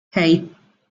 hey